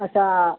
ᱟᱪᱪᱷᱟ